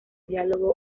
diálogo